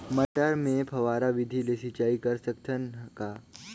मटर मे फव्वारा विधि ले सिंचाई कर सकत हन का?